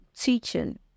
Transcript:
teaching